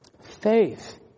faith